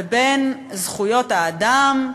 ובין זכויות האדם,